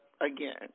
again